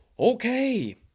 Okay